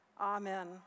Amen